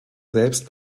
selbst